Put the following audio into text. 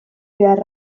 behar